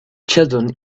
children